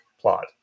plot